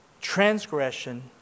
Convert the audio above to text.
transgression